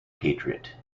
patriot